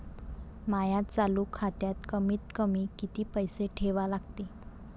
माया चालू खात्यात कमीत कमी किती पैसे ठेवा लागते?